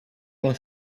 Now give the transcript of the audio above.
con